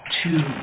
two